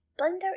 Blender